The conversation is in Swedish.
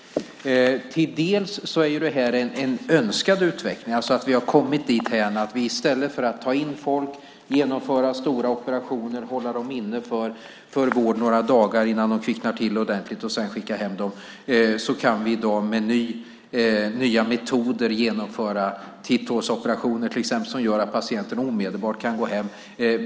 Delvis är det en önskad utveckling. Vi har alltså kommit dithän att i stället för att ta in folk, genomföra stora operationer, hålla folk inne för vård några dagar innan de kvicknar till ordentligt och sedan skicka hem dem kan vi i dag med nya metoder genomföra till exempel titthålsoperationer som gör att patienten omedelbart kan gå hem.